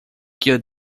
killed